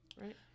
right